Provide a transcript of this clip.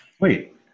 Wait